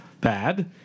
bad